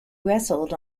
wrestled